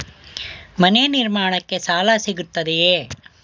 ಮನೆ ನಿರ್ಮಾಣಕ್ಕೆ ಸಾಲ ಸಿಗುತ್ತದೆಯೇ?